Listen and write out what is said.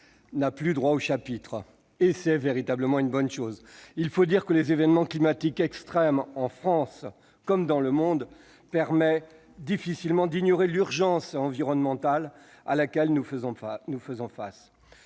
n'a plus droit au chapitre, et c'est une bonne chose. Il faut dire que les événements climatiques extrêmes en France comme dans le monde permettent difficilement d'ignorer l'urgence environnementale à laquelle nous faisons face.